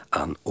aan